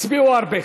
הצביעו הרבה.